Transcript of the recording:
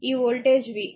ఈ voltage v